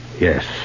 Yes